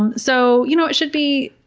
um so you. know it should be,